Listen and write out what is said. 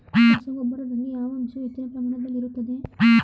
ರಸಗೊಬ್ಬರದಲ್ಲಿ ಯಾವ ಅಂಶವು ಹೆಚ್ಚಿನ ಪ್ರಮಾಣದಲ್ಲಿ ಇರುತ್ತದೆ?